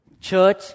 church